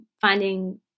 finding